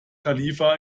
khalifa